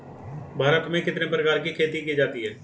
भारत में कितने प्रकार की खेती की जाती हैं?